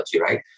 right